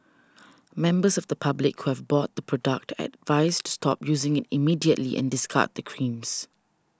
members of the public who have bought the product are advised to stop using it immediately and discard the creams